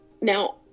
Now